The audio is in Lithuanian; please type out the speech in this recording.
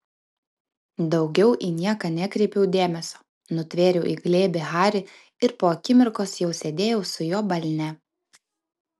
daugiau į nieką nekreipiau dėmesio nutvėriau į glėbį harį ir po akimirkos jau sėdėjau su juo balne